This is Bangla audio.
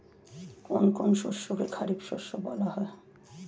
কোন কোন শস্যকে খারিফ শস্য বলা হয়?